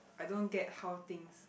I don't get how things